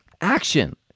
action